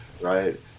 right